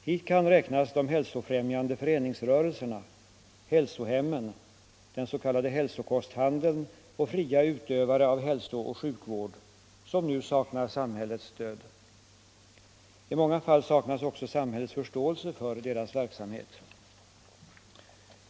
Hit kan räknas de hälsofrämjande föreningsrörelserna, hälsohemmen, den s.k. hälsokosthandeln och fria utövare av hälsooch sjukvård som nu saknar samhällets stöd. I många fall saknas också samhällets förståelse för deras verksamhet.